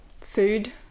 food